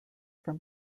from